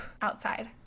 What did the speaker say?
outside